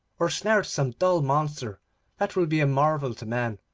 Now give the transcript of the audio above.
or snared some dull monster that will be a marvel to men,